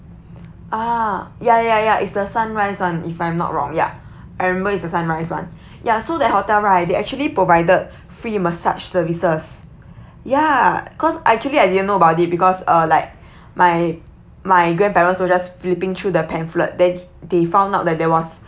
ah ya ya ya it's the sunrise [one] if I'm not wrong ya I remember is the sunrise [one] ya so that hotel right they actually provided free massage services ya cause actually I didn't know about it because uh like my my grandparents were just flipping through the pamphlet then they found out that there was